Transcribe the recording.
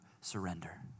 surrender